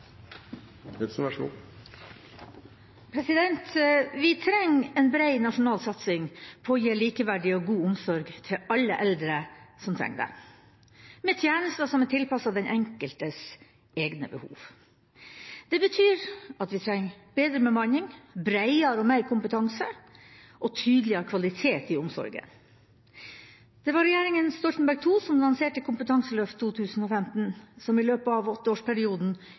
Vi trenger en bred nasjonal satsing på å gi likeverdig og god omsorg til alle eldre som trenger det, med tjenester som er tilpasset den enkeltes egne behov. Det betyr at vi trenger bedre bemanning, bredere og mer kompetanse og tydeligere kvalitet i omsorgen. Det var regjeringa Stoltenberg II som lanserte Kompetanseløftet 2015, som i løpet av